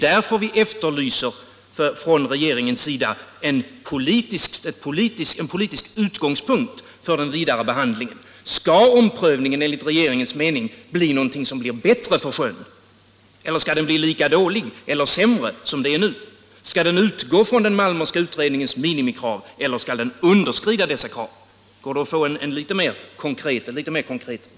Därför efterlyser vi från regeringen en politisk utgångspunkt för den vidare behandlingen. Skall omprövningen enligt regeringens mening resultera i något som blir bättre för sjön, eller skall den bli lika dålig som den är nu, eller kanske sämre? Skall omprövningen utgå från den Malmerska utredningens minimikrav, eller skall den underskrida dessa krav? Går det att få ett mer konkret bud på den punkten?